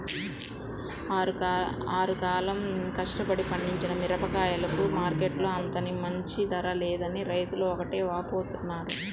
ఆరుగాలం కష్టపడి పండించిన మిరగాయలకు మార్కెట్టులో అంత మంచి ధర లేదని రైతులు ఒకటే వాపోతున్నారు